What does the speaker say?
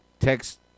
Text